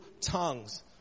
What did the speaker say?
tongues